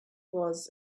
was